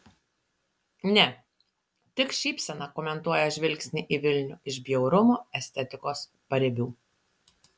ne tik šypsena komentuoja žvilgsnį į vilnių iš bjaurumo estetikos paribių